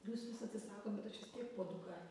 jūs vis atsisakot bet aš vis tiek puoduką